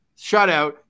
shutout